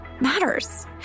matters